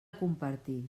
compartir